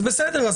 אז בסדר,